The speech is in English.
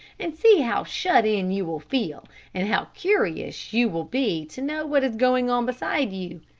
and see how shut in you will feel and how curious you will be to know what is going on beside you.